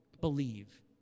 believe